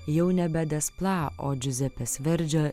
jau nebe des pla o džiuzepės verdžio